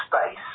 space